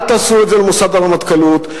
אל תעשו את זה למוסד הרמטכ"לות.